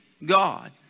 God